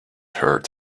hurt